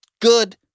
good